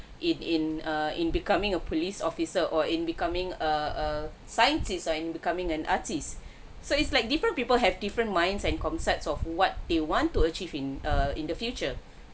in in err in becoming a police officer or in becoming a a scientists or in becoming an artist so it's like different people have different minds and concepts of what they want to achieve in err in the future